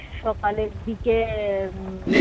সকালের দিকে